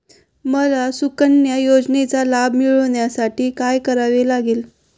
मला सुकन्या योजनेचा लाभ मिळवण्यासाठी काय करावे लागेल?